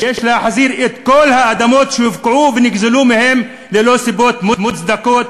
יש להחזיר את כל האדמות שהופקעו ונגזלו מהם ללא סיבות מוצדקות,